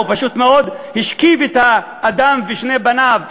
הוא פשוט מאוד השכיב את האדם ושני בניו,